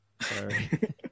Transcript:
Sorry